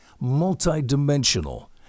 multi-dimensional